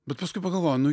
bet paskui pagalvoji nu